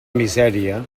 misèria